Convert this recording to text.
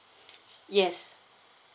yes